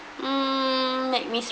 mm make me